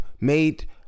made